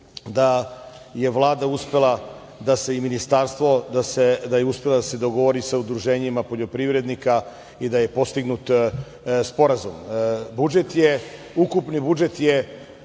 da je Vlada uspela da se i Ministarstvo da je uspelo da se dogovori sa udruženjima poljoprivrednika i da je postignut sporazum. Ukupni budžet je